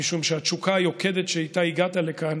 משום שהתשוקה היוקדת שאיתה הגעת לכאן